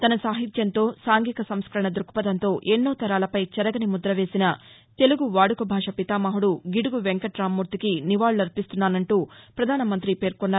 తన సాహిత్యంతో సాంఘిక సంస్కరణ ధృక్పథంతో ఎన్నో తరాలపై చెరగని ముద్ర వేసిన తెలుగు వాడుక భాష పితామహుడు గిడుగు వెంకటరామమూర్తికి నివాళులర్పిస్తున్నానంటూ ప్రపధానమం్తి పేర్కొన్నారు